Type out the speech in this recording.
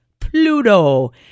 Pluto